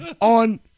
on